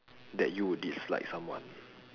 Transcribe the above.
that you would dislike someone